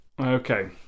okay